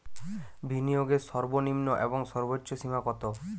বিনিয়োগের সর্বনিম্ন এবং সর্বোচ্চ সীমা কত?